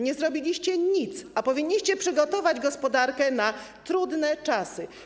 Nie zrobiliście nic, a powinniście przygotować gospodarkę na trudne czasy.